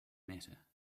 matter